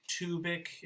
tubic